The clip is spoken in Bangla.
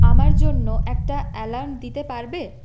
আমার জন্য একটা অ্যালার্ম দিতে পারবে